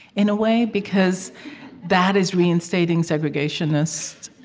in a way, because that is reinstating segregationist